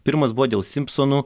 pirmas buvo dėl simpsonų